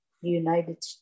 United